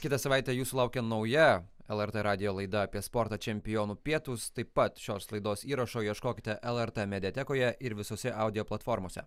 kitą savaitę jūsų laukia nauja lrt radijo laida apie sportą čempionų pietūs taip pat šios laidos įrašo ieškokite lrt mediatekoje ir visose audio platformose